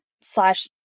slash